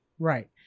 Right